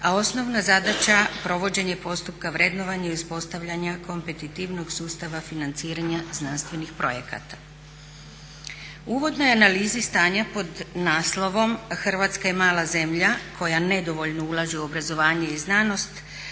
a osnovna zadaća provođenje postupka vrednovanja i uspostavljanja kompetitivnog sustava financiranja znanstvenih projekata. U uvodnoj analizi stanja pod naslovom Hrvatska je mala zemlja koja nedovoljno ulaže u obrazovanje i znanost